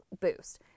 boost